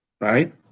right